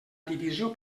divisió